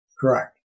Correct